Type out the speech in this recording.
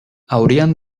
haurien